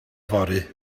fory